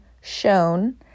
shown